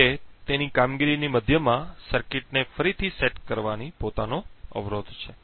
જો કે તેની કામગીરીની મધ્યમાં સર્કિટને ફરીથી સેટ કરવાની પોતાની અવરોધ છે